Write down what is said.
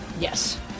Yes